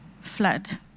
flood